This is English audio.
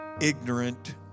ignorant